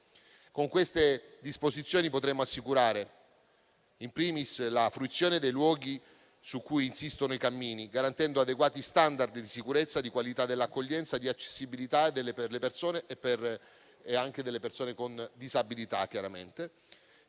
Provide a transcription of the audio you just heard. Con queste disposizioni potremo assicurare la fruizione dei luoghi su cui insistono i cammini, garantendo adeguati *standard* di sicurezza, di qualità dell'accoglienza, di accessibilità anche delle persone con disabilità